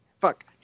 Fuck